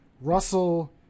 Russell